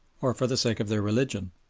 or for the sake of their religion,